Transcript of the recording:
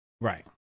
Right